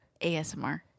ASMR